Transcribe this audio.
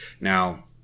now